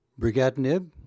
brigatinib